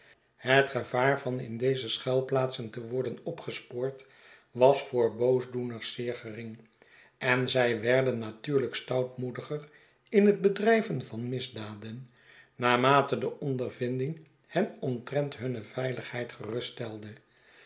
het gevaar van in deze schuilplaatsen te worden opgespoord was voor boosdoeners zeer gering en zij werden natuurlijk stoutmoediger in het bedrijven van misdaden naarmate de ondervinding hen omtrent hunne veiligheid